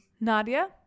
Nadia